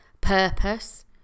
purpose